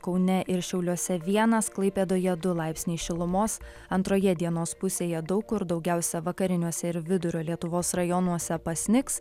kaune ir šiauliuose vienas klaipėdoje du laipsniai šilumos antroje dienos pusėje daug kur daugiausia vakariniuose ir vidurio lietuvos rajonuose pasnigs